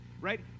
right